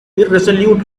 irresolute